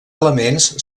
elements